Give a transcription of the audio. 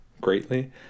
greatly